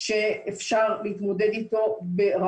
לכן אפשר להשאיר את (ה).